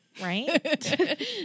Right